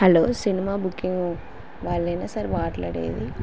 hello cinema booking వాళ్ళేనా sir వాట్లాడేది